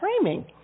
framing